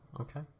okay